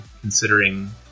considering